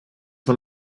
man